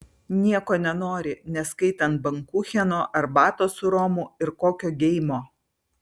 nieko nenori neskaitant bankucheno arbatos su romu ir kokio geimo